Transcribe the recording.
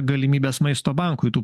galimybes maisto bankui tų